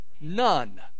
None